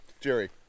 Jerry